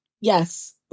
Yes